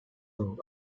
road